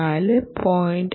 4 0